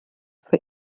for